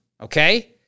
Okay